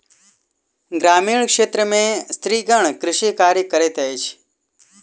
ग्रामीण क्षेत्र में स्त्रीगण कृषि कार्य करैत अछि